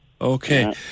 Okay